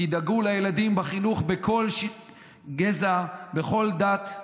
תדאגו לילדים בחינוך בכל גזע, בכל דת,